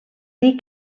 dir